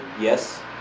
yes